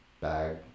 bag